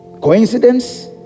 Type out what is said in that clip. Coincidence